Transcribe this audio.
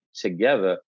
together